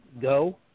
go